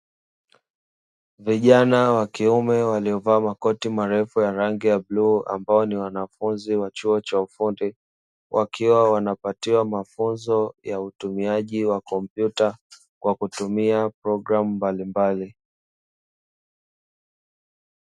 Vijana wa kiume waliovaa makoti marefu ya rangi ya bluu, ambao ni wanafunzi wa chuo cha ufundi, wakiwa wanapatiwa mafunzo ya utumiaji wa kompyuta kwa kutumia program mbalimbali.